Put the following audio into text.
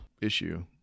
issue